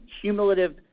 cumulative